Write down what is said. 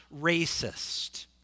racist